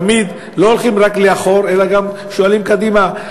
תמיד לא הולכים רק לאחור אלא גם שואלים קדימה,